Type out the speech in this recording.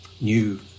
new